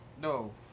No